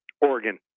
Oregon